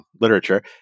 literature